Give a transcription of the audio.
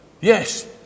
yes